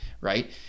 right